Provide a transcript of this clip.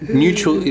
neutral